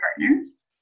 partners